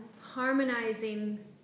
harmonizing